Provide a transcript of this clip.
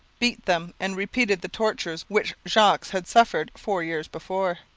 beat them, and repeated the tortures which jogues had suffered four years before.